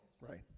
right